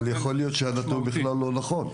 אבל יכול להיות שהנתון בכלל לא נכום.